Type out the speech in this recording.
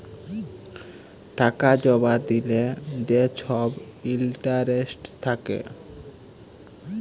টাকা জমা দিলে যে ছব ইলটারেস্ট থ্যাকে